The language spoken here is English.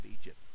Egypt